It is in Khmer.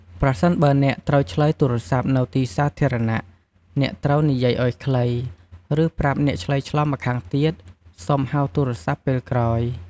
ប្រសិនបើអ្នកត្រូវឆ្លើយទូរស័ព្ទ នៅទីសាធារណៈ អ្នកត្រូវនិយាយឲ្យខ្លី ឬប្រាប់អ្នកឆ្លើយឆ្លងម្ខាងទៀត សុំហៅទូរស័ព្ទពេលក្រោយ។